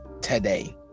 today